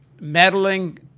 meddling